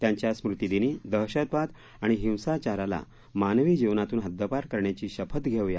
त्यांच्या स्मृती दिनी दहशतवाद आणि हिंसाचाराला मानवी जीवनातून हद्दपार करण्याची शपथ घेऊ या